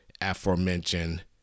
aforementioned